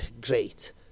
great